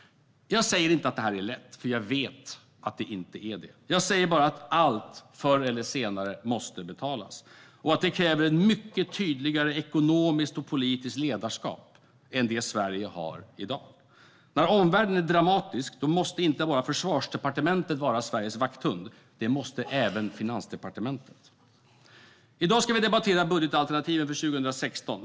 Jag säger inte att det här är lätt, för jag vet att det inte är det. Jag säger bara att allt förr eller senare måste betalas och att det kräver ett mycket tydligare ekonomiskt och politiskt ledarskap än det Sverige har i dag. När omvärlden är dramatisk måste inte bara Försvarsdepartementet vara Sveriges vakthund. Det måste även Finansdepartementet. I dag ska vi debattera budgetalternativen för 2016.